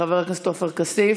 חבר הכנסת עופר כסיף.